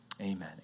Amen